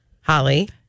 Holly